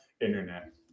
internet